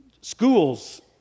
Schools